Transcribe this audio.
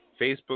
Facebook